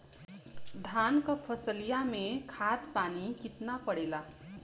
धान क फसलिया मे खाद पानी कितना पड़े ला?